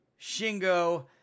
Shingo